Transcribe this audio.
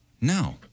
No